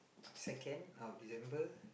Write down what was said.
second of December